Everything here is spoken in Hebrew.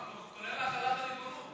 כולל החלת הריבונות.